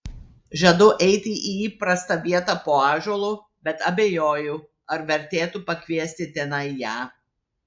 žadu eiti į įprastą vietą po ąžuolu bet abejoju ar vertėtų pakviesti tenai ją